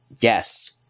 yes